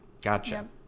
Gotcha